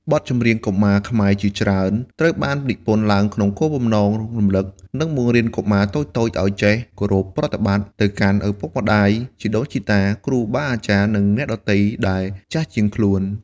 បទចម្រៀងកុមារខ្មែរជាច្រើនត្រូវបាននិពន្ធឡើងក្នុងគោលបំណងរំលឹក និងបង្រៀនកុមារតូចៗឲ្យចេះ គោរពប្រតិបត្តិ ទៅកាន់ឪពុកម្ដាយ ជីដូនជីតា គ្រូបាអាចារ្យ និងអ្នកដទៃដែលចាស់ជាងខ្លួន។